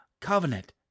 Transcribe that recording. covenant